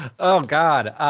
oh god.